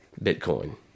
Bitcoin